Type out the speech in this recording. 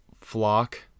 flock